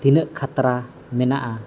ᱛᱤᱱᱟᱹᱜ ᱠᱷᱟᱛᱨᱟ ᱢᱮᱱᱟᱜᱼᱟ